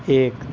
ایک